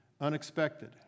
Unexpected